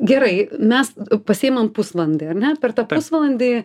gerai mes pasiimam pusvalandį ar net per tą pusvalandį